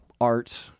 art